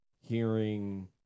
hearing